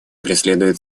преследуют